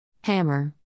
Hammer